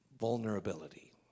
vulnerability